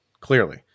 clearly